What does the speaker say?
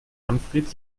manfred